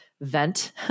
vent